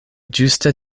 ĝuste